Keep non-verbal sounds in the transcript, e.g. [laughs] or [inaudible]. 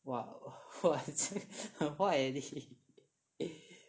!wah! [laughs] 很坏 leh 你